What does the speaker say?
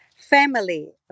family